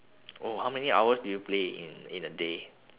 oh how many hours do you play in in a day